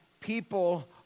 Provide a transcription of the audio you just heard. people